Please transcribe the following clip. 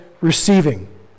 receiving